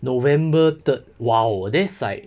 november third !wow! that's like